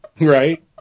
Right